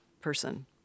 person